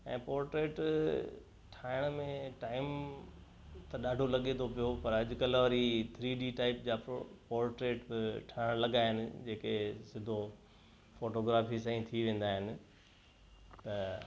ऐं पोर्ट्रेट ठाहिण में टाइम त ॾाढो लॻे थो पियो पर अॼुकल्ह वरी थ्री डी टाइप जा पो पोर्ट्रेट ठहणु लॻा आहिनि जेके सिधो फोटोग्राफी सां ई थी वेंदा आहिनि त